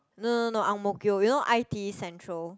no no no no Ang-Mo-Kio you know i_t_e Central